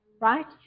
Right